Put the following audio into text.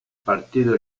partido